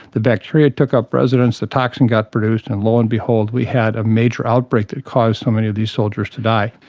the bacteria took up residence, the toxin got produced, and lo and behold we had a major outbreak that caused so many of these soldiers to die.